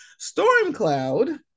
Stormcloud